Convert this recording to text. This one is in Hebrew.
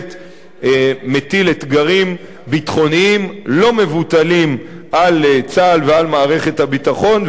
בהחלט מטיל אתגרים ביטחוניים לא מבוטלים על צה"ל ועל מערכת הביטחון,